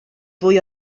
fwy